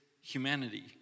humanity